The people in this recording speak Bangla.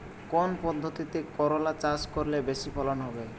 কোন পদ্ধতিতে করলা চাষ করলে বেশি ফলন হবে?